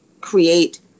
create